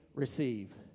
Receive